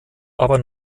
aber